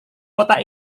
kota